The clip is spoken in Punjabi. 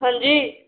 ਹਾਂਜੀ